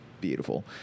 beautiful